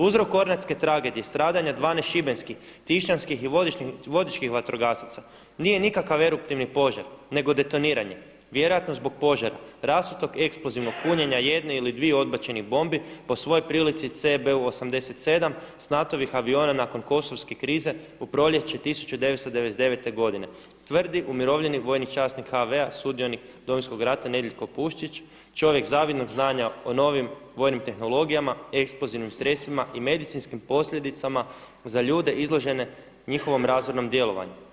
Uzrok Kornatske tragedije, stradanja 12 Šibenskih, Tisnjanskih i Vodičkih vatrogasaca nije nikakav eruptivni požar nego detoniranje, vjerojatno zbog požara, rasutog eksplozivnog punjenja jedne ili dviju odbačenih bombi po svojoj prilici CBU-87 s NATO-vih aviona nakon Kosovske krize u proljeće 1999. godine, tvrdi umirovljeni vojni časnik HV, sudionik Domovinskog rata, Nedjeljko Pušić, čovjek zavidnog znanja o novim vojnim tehnologijama, eksplozivnim sredstvima i medicinskim posljedicama za ljude izložene njihovom razornom djelovanju.